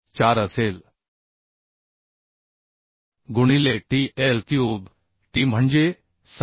4 असेल गुणिले tI cube t म्हणजे 6